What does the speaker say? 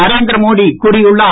நரேந்திரமோடி கூறியுள்ளார்